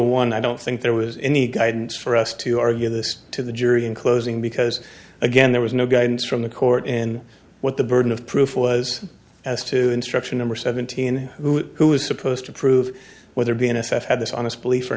one i don't think there was any guidance for us to argue this to the jury in closing because again there was no guidance from the court in what the burden of proof was as to instruction number seventeen who who is supposed to prove whether b n f had this honest belief or